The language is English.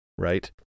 right